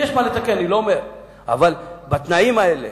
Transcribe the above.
יש מה לתקן, אבל בתנאים האלה,